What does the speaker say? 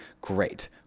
great